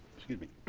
excuse me.